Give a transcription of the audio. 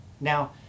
Now